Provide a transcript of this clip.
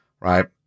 Right